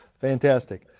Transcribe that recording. Fantastic